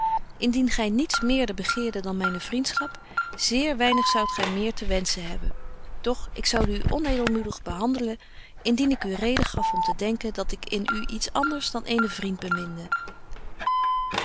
indien gy niets meerder begeerde dan myne vriendschap zeer weinig zoudt gy meer te wenschen hebben doch ik zoude u onëdelmoedig behandelen indien ik u reden gaf om te denken dat ik in u iets anders dan eenen vriend beminde